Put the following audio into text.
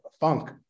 funk